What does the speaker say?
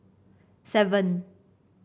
seven